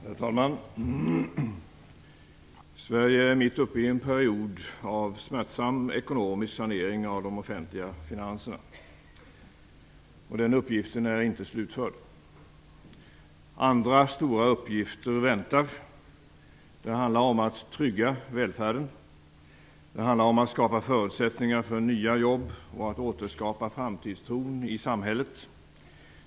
Herr talman! Sverige är mitt uppe i en period av smärtsam ekonomisk sanering av de offentliga finanserna. Den uppgiften är inte slutförd. Andra stora uppgifter väntar. Det handlar om att trygga välfärden. Det handlar om att skapa förutsättningar för nya jobb och att återskapa framtidstron i samhället.